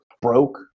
broke